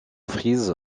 frise